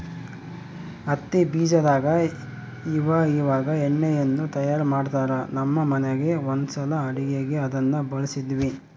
ಹತ್ತಿ ಬೀಜದಾಗ ಇವಇವಾಗ ಎಣ್ಣೆಯನ್ನು ತಯಾರ ಮಾಡ್ತರಾ, ನಮ್ಮ ಮನೆಗ ಒಂದ್ಸಲ ಅಡುಗೆಗೆ ಅದನ್ನ ಬಳಸಿದ್ವಿ